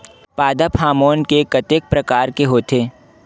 पादप हामोन के कतेक प्रकार के होथे?